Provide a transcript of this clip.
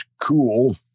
cool